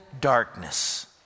darkness